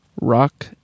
rock